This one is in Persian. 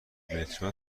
مترو